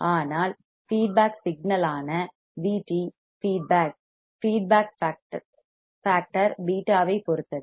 ஆனால் feedback signal ஆன Vt feedback factor β ஐப் பொறுத்தது